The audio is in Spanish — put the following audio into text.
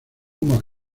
como